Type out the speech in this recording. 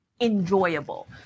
enjoyable